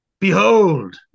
Behold